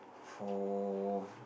for